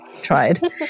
tried